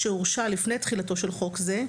שהורשה לפני תחילתו של חוק זה,